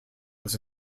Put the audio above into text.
was